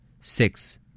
Six